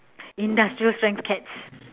industrial strength cats